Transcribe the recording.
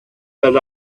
that